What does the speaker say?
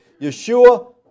Yeshua